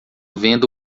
vendo